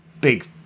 big